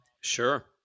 Sure